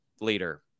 leader